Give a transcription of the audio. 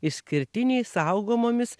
išskirtiniai saugomomis